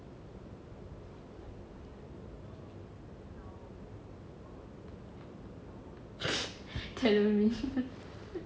tellonym